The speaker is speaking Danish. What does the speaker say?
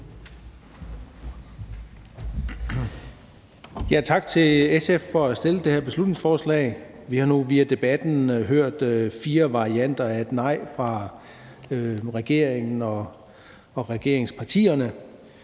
Tak til SF for at have fremsat det her beslutningsforslag. Vi har nu via debatten hørt fire varianter af et nej fra regeringen og regeringspartierne.